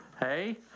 Hey